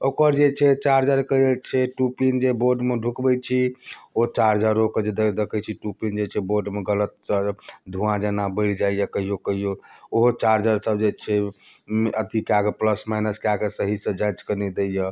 ओकर जे छै चार्जरके जे छै टू पीन जे बोर्डमे ढुकबैत छी ओ चार्जरोके देखैत छी टू पीन जे छै बोर्डमे गलतसँ धुवाँ जेना बढ़ि जाइया कहियो कहियो ओहो चार्जर सब जे छै अथी कए कऽ प्लस माइनस कए कऽ सहीसँ जाँच कऽ नहि दैया यऽ